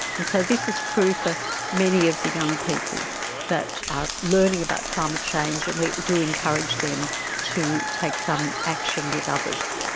and so this is true for many of the young people that are learning about climate change, and we do encourage them to take some action with others.